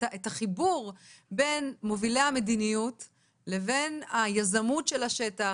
החיבור בין מובילי המדיניות לבין היזמות של השטח,